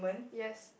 yes